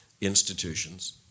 institutions